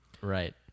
Right